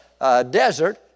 desert